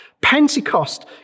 Pentecost